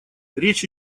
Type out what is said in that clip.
речь